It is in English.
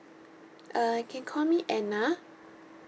uh you can call me anna